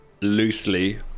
loosely